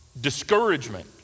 Discouragement